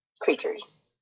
creatures